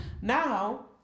Now